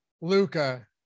Luca